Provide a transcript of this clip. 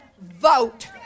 vote